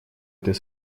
этой